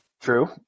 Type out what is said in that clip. True